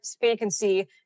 vacancy